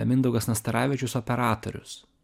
mindaugas nastaravičius operatorius